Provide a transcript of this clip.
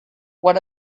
what